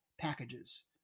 packages